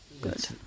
good